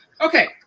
Okay